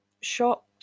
shocked